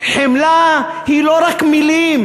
חמלה היא לא רק מילים,